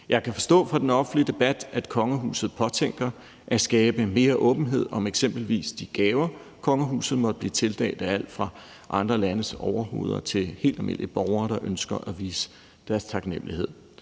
Jeg kan forstå fra den offentlige debat, at kongehuset påtænker at skabe mere åbenhed om eksempelvis de gaver, kongehuset måtte blive tildelt af alt fra andre landes overhoveder til helt almindelige borgere, der ønsker at vise deres taknemlighed.